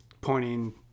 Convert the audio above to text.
pointing